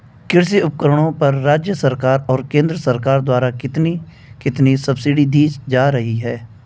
कृषि उपकरणों पर राज्य सरकार और केंद्र सरकार द्वारा कितनी कितनी सब्सिडी दी जा रही है?